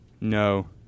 No